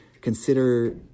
consider